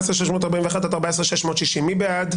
14,641 עד 14,660, מי בעד?